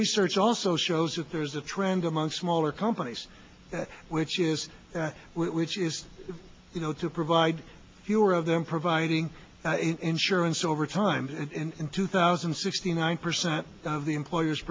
research also shows that there's a trend among smaller companies which is which is you know to provide fewer of them providing insurance over time in two thousand and sixty nine percent of the employers